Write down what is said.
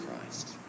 Christ